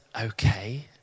okay